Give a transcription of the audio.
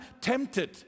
tempted